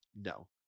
No